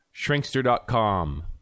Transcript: Shrinkster.com